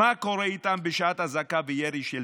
מה קורה איתם בשעת אזעקה וירי של טילים?